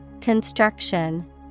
Construction